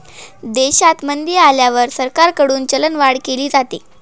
देशात मंदी आल्यावर सरकारकडून चलनवाढ केली जाते